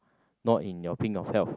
not in your pink of health